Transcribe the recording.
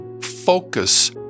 focus